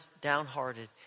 downhearted